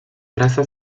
erraza